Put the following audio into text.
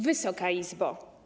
Wysoka Izbo!